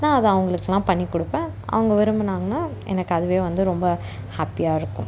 நான் அதை அவங்களுக்குலாம் பண்ணி கொடுப்பேன் அவங்க விரும்பினாங்கன்னா எனக்கு அதுவே வந்து ரொம்ப ஹாப்பியாக இருக்கும்